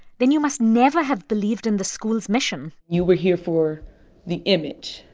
then you must never have believed in the school's mission you were here for the image.